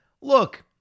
Look